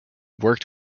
worked